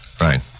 Right